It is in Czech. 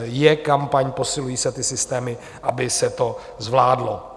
Je kampaň posilující a ty systémy, aby se to zvládlo.